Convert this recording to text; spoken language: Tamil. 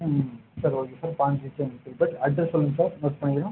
ம் sir okay sir branch address சொல்லுங்கள் சார் நோட் பண்ணிக்கிறோம்